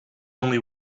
only